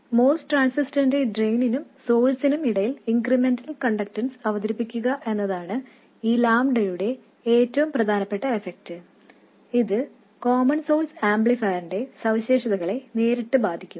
അതിനാൽ MOS ട്രാൻസിസ്റ്ററിന്റെ ഡ്രെയിനിനും സോഴ്സിനും ഇടയിൽ ഇൻക്രിമെന്റൽ കണ്ടക്ടൻസ് അവതരിപ്പിക്കുക എന്നതാണ് ഈ ലാംഡയുടെ ഏറ്റവും പ്രധാനപ്പെട്ട ഫലം ഇത് കോമൺ സോഴ്സ് ആംപ്ലിഫയറിന്റെ സവിശേഷതകളെ നേരിട്ട് ബാധിക്കും